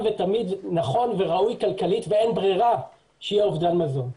נכון וראוי כלכלית ואין ברירה שיהיה אובדן מזון.